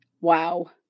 Wow